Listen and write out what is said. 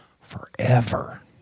forever